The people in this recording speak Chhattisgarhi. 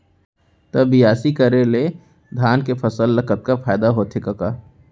त बियासी करे ले धान के फसल ल कतका फायदा होथे कका?